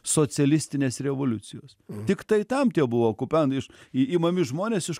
socialistinės revoliucijos tiktai tam tie buvo okupantai iš imami žmonės iš